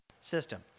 system